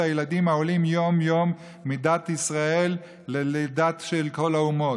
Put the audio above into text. הילדים העולים יום-יום מדת ישראל לדת של כל האומות.